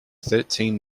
thirteen